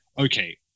Okay